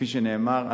כפי שנאמר,